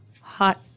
Hot